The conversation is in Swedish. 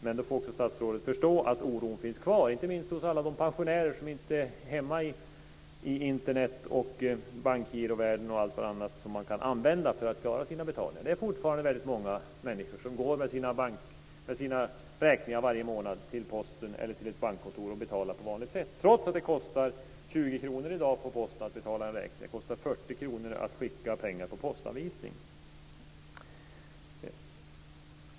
Men då får också statsrådet förstå att oron finns kvar, inte minst hos alla de pensionärer som inte är hemma i Internet och bankgirovärlden och allt annat som man kan använda för att klara sina betalningar. Det är fortfarande väldigt många människor som går med sina räkningar varje månad till ett post eller bankkontor och betalar på vanligt sätt, trots att det i dag kostar 20 kr att betala en räkning på posten. Det kostar 40 kr att skicka pengar med postanvisning.